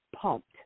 pumped